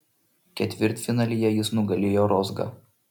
ketvirtfinalyje jis nugalėjo rozgą